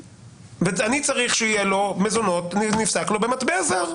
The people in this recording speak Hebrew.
אני צריך שיפסקו לו את המזונות במטבע זר,